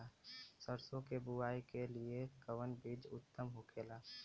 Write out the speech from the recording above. सरसो के बुआई के लिए कवन बिज उत्तम होखेला?